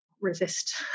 resist